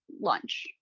lunch